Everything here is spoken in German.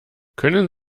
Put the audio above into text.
können